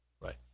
Right